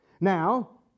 Now